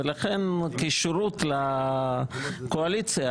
ולכן כשירות לקואליציה,